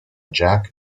jack